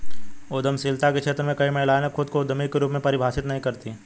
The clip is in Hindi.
उद्यमशीलता के क्षेत्र में कई महिलाएं खुद को उद्यमी के रूप में परिभाषित नहीं करती